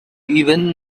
even